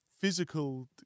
physical